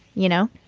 you know.